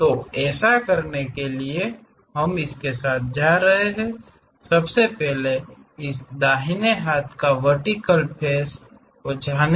तो ऐसा करने के लिए हम जा रहे हैं सबसे पहले इस दाहिने हाथ के वर्तिकल फ़ेस को जानें